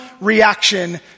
reaction